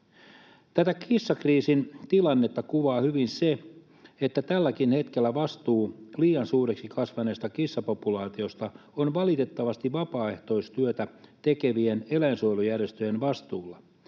Tätä kissakriisin tilannetta kuvaa hyvin se, että tälläkin hetkellä vastuu liian suureksi kasvaneesta kissapopulaatiosta on valitettavasti vapaaehtoistyötä tekevien eläinsuojelujärjestöjen vastuulla,